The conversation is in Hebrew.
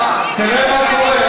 תראה מה קורה.